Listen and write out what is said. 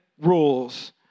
rules